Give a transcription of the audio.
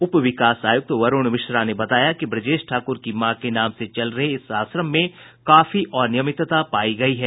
उप विकास आयुक्त वरूण मिश्रा ने बताया कि ब्रजेश ठाकुर की मां के नाम से चल रहे इस आश्रम में काफी अनियमितता पायी गयी है